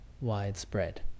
widespread